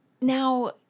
Now